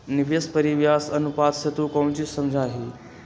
निवेश परिव्यास अनुपात से तू कौची समझा हीं?